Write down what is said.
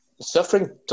suffering